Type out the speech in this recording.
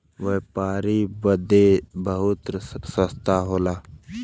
व्यापारी बदे बहुते रस्ता होला